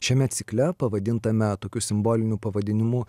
šiame cikle pavadintame tokiu simboliniu pavadinimu